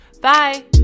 bye